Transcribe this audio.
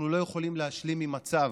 אנחנו לא יכולים להשלים עם מצב